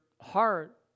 heart